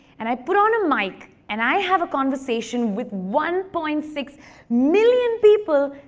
and i put on a mic, and i have a conversation with one point six million people.